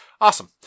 awesome